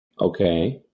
Okay